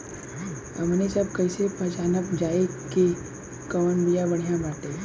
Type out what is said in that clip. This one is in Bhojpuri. हमनी सभ कईसे पहचानब जाइब की कवन बिया बढ़ियां बाटे?